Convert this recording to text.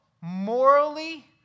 morally